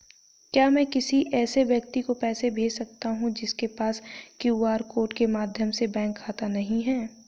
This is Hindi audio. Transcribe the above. क्या मैं किसी ऐसे व्यक्ति को पैसे भेज सकता हूँ जिसके पास क्यू.आर कोड के माध्यम से बैंक खाता नहीं है?